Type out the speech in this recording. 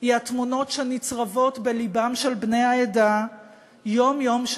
היא התמונות שנצרבות בלבם של בני העדה יום-יום,